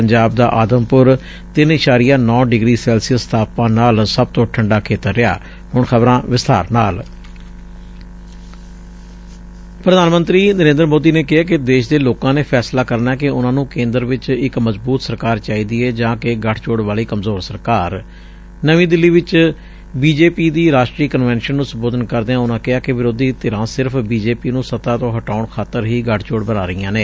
ਪੰਜਾਬ ਦਾ ਆਦਮਪੁਰ ਸਭ ਤੋਂ ਠੰਢਾ ਖੇਤਰ ਪ੍ਰਧਾਨ ਮੰਤਰੀ ਨਰੇਂਦਰ ਮੋਦੀ ਨੇ ਕਿਹੈ ਕਿ ਦੇਸ਼ ਦੇ ਲੋਕਾਂ ਨੇ ਫੈਸਲਾ ਕਰਨੈ ਕਿ ਉਨੂਾਂ ਨੂੰ ਕੇਂਦਰ ਵਿਚ ਇਕ ਮਜ਼ਬੂਤ ਸਰਕਾਰ ਚਾਹੀਦੀ ਏ ਜਾਂ ਕਿ ਗਠਜੋੜ ਵਾਲੀ ਕਮਜ਼ੋਰ ਸਰਕਾਰ ਨਵੀਂ ਦਿੱਲੀ ਵਿਚ ਬੀ ਜੇ ਪੀ ਦੀ ਰਾਸ਼ਟਰੀ ਕਨਵੈਨਸ਼ਨ ਨੂੰ ਸੰਬੋਧਨ ਕਰਦਿਆਂ ਉਨੂਾਂ ਕਿਹਾ ਕਿ ਵਿਰੋਧੀ ਧਿਰਾਂ ਸਿਰਫ਼ ਬੀ ਜੇ ਪੀ ਨੂੰ ਸੱਤਾ ਤੋਂ ਹਟਾਉਣ ਖਾਤਰ ਹੀ ਗਠਜੋੜ ਬਣਾ ਰਹੀਆਂ ਨੇ